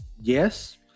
Yes